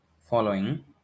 following